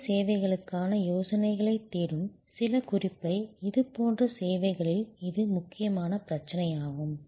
புதிய சேவைகளுக்கான யோசனைகளைத் தேடும் சில குறிப்பை இது போன்ற சேவைகளில் இது முக்கியமான பிரச்சினையாகும்